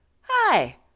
Hi